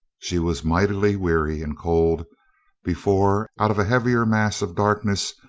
she was mightily weary and cold before, out of a heavier mass of darkness,